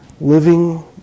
Living